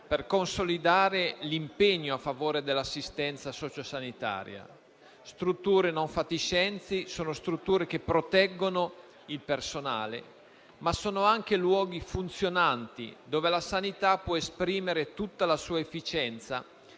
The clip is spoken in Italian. per consolidare l'impegno a favore dell'assistenza socio-sanitaria; strutture non fatiscenti sono strutture che proteggono il personale, ma sono anche luoghi funzionanti dove la sanità può esprimere tutta la sua efficienza,